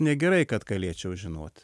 negerai kad galėčiau žinot